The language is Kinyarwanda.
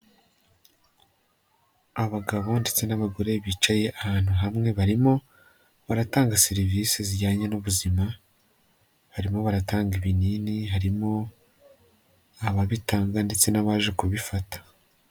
Abagabo ndetse n'abagore bicaye ahantu hamwe barimo baratanga serivisi zijyanye n'ubuzima, barimo baratanga ibinini harimo ababitanga ndetse n'abaje kubifata.